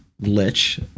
lich